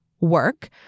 work